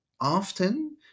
often